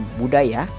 budaya